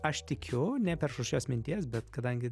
aš tikiu neperšu šios minties bet kadangi